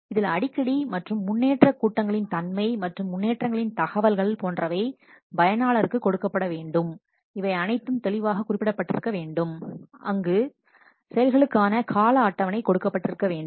இதில் அடிக்கடி மற்றும் முன்னேற்ற கூட்டங்களின் தன்மை மற்றும் முன்னேற்றங்கள் இன் தகவல்கள் போன்றவை பயனாளருக்கு கொடுக்கப்பட வேண்டும் இவை அனைத்தும் தெளிவாக குறிப்பிடப்பட்டிருக்க வேண்டும் அங்கு மற்றும் செயல்களுக்கான கால அட்டவணை கொடுக்கப்பட்டிருக்க வேண்டும்